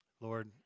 Lord